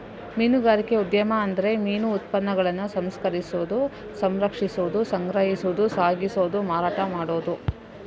ಮೀನುಗಾರಿಕೆ ಉದ್ಯಮ ಅಂದ್ರೆ ಮೀನು ಉತ್ಪನ್ನಗಳನ್ನ ಸಂಸ್ಕರಿಸುದು, ಸಂರಕ್ಷಿಸುದು, ಸಂಗ್ರಹಿಸುದು, ಸಾಗಿಸುದು, ಮಾರಾಟ ಮಾಡುದು